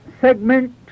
segment